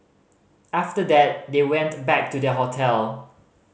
after that they went back to their hotel